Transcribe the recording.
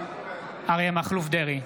אריה מכלוף דרעי,